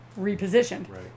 repositioned